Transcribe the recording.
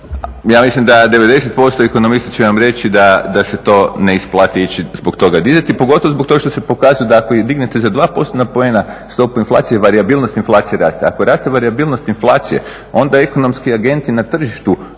ja mislim da 90% ekonomista će vam reći da se to ne isplati ići zbog toga …, pogotovo zbog toga što se pokazuje da ako i dignete za 2 postotna poena stopu inflacije, varijabilnost inflacije raste. Ako raste varijabilnost inflacije, onda ekonomski agenti na tržištu